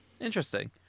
Interesting